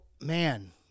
man